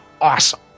awesome